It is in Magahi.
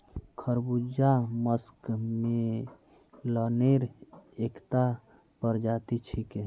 खरबूजा मस्कमेलनेर एकता प्रजाति छिके